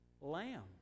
lamb